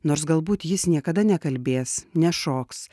nors galbūt jis niekada nekalbės nešoks